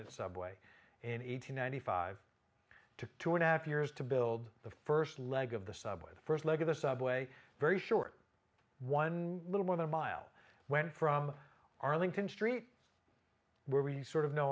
its subway in eighty ninety five to two and a half years to build the first leg of the subway the first leg of the subway very short one little more than a mile went from arlington street where we sort of know